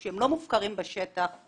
שהם לא מופקרים בשטח,